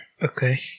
Okay